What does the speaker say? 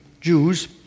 Jews